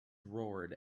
roared